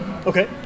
Okay